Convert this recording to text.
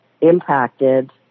impacted